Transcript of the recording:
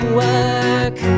work